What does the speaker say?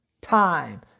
Time